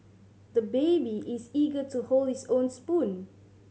the baby is eager to hold his own spoon